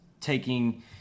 taking